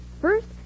First